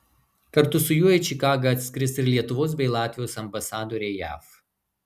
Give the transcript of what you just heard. kartu su juo į čikagą atskris ir lietuvos bei latvijos ambasadoriai jav